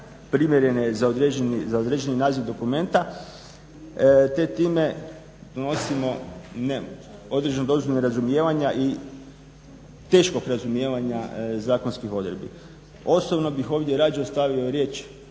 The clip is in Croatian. primjerene za određeni naziv dokumenta te time nosimo određenu dozu nerazumijevanja i teškog razumijevanja zakonskih odredbi. Osobno bih ovdje radio stavio riječ